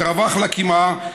עת רווח לה קמעא,